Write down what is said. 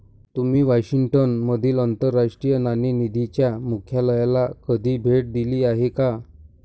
तुम्ही वॉशिंग्टन मधील आंतरराष्ट्रीय नाणेनिधीच्या मुख्यालयाला कधी भेट दिली आहे का?